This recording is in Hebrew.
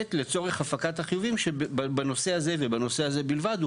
למעט לצורך הפקת החיובים שבנושא הזה ובנושא הזה בלבד הוא